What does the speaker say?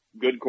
good